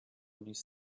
نیز